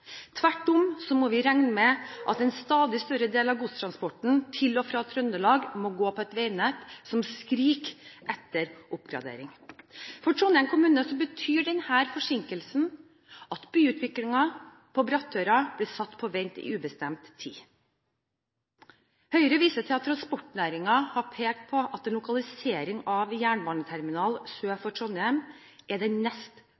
Tvert imot må vi regne med at en stadig større del av godstransporten til og fra Trøndelag må gå på et veinett som skriker etter oppgradering. For Trondheim kommune betyr denne forsinkelsen at byutviklingen på Brattøra blir satt på vent i ubestemt tid. Høyre viser til at transportnæringen har pekt på at en lokalisering av en jernbaneterminal sør for Trondheim er den nest